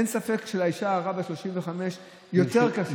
אין ספק שלאישה ההרה בת ה-35 יותר קשה.